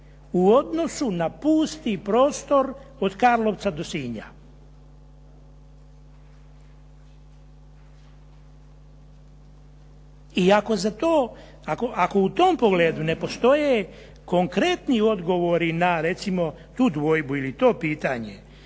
u odnosu na pusti prostor od Karlovca do Sinja? I ako u tom pogledu ne postoje konkretni odgovori na recimo tu dvojbu ili to pitanje,